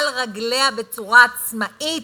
עומד על רגליו בצורה עצמאית,